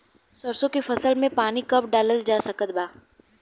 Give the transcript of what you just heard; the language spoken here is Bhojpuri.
सरसों के फसल में पानी कब डालल जा सकत बा?